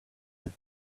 that